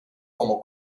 como